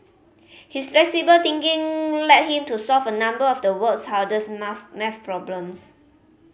his flexible thinking led him to solve a number of the world's hardest maths problems